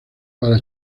para